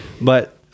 But-